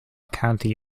county